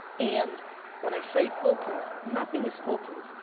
and when i say full proof, nothing is full proof.